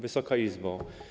Wysoka Izbo!